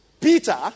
Peter